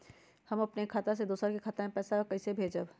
हम अपने खाता से दोसर के खाता में पैसा कइसे भेजबै?